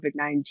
COVID-19